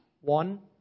One